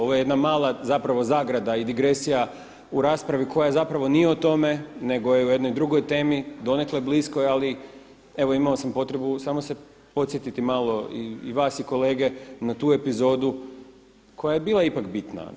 Ovo je jedna mala zapravo zagrada i digresija u raspravi koja zapravo nije o tome, nego je o jednoj drugoj temi donekle bliskoj, ali evo imao sam potrebu samo se podsjetiti malo i vas i kolege na tu epizodu koja je bila ipak bitna.